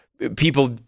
people